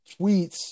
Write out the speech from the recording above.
tweets